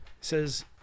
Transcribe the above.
says